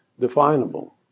definable